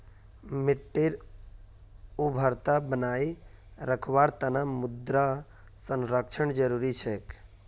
मिट्टीर उर्वरता बनई रखवार तना मृदा संरक्षण जरुरी छेक